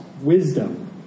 wisdom